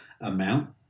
amount